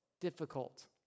difficult